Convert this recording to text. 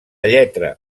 lletra